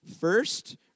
first